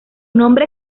nombre